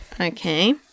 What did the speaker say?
Okay